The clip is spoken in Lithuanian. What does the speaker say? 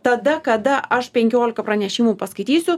tada kada aš penkiolika pranešimų paskaitysiu